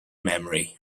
memory